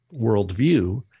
worldview